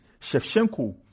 Shevchenko